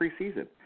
preseason